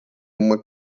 uma